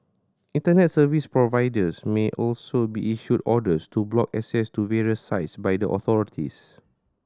Internet service providers may also be issued orders to block access to various sites by the authorities